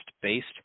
based